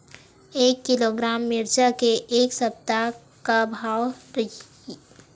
एक किलोग्राम मिरचा के ए सप्ता का भाव रहि?